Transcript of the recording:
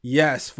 yes